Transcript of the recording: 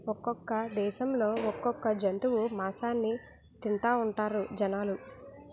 ఒక్కొక్క దేశంలో ఒక్కొక్క జంతువు మాసాన్ని తింతాఉంటారు జనాలు